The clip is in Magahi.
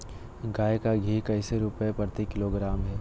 गाय का घी कैसे रुपए प्रति किलोग्राम है?